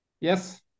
Yes